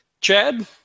Chad